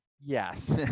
yes